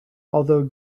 although